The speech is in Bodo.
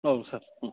औ सार ओं